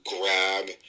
grab